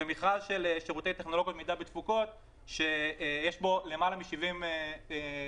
ומכרז של שירותי טכנולוגיה ותפוקות שיש בו למעלה מ-70 ספקים.